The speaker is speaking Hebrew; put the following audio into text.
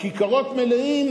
הכיכרות מלאות?